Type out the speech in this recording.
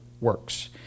works